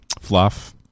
fluff